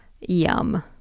Yum